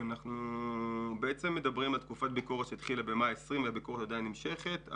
אנחנו מדברים על תקופת ביקורת שהתחילה במאי 2020 ועדיין נמשכת.